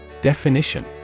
Definition